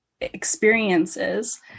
experiences